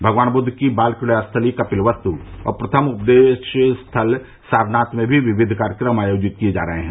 भगवान बुद्द की बाल क्रीडा स्थली कपिलवस्तु और प्रथम उपदेश स्थल सारनाथ में भी विविध कार्यक्रम आयोजित किए जा रहे हैं